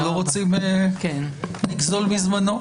אנחנו לא רוצים לגזול מזמנו.